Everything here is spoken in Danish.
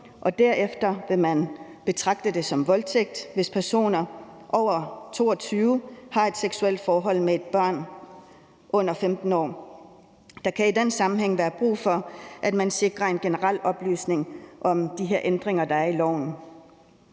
derefter vil betragte det som voldtægt, hvis personer på over 22 år har et seksuelt forhold med et barn på under 15 år. Der kan i den sammenhæng være brug for, at man sikrer en generel oplysning om de ændringer, der er i loven.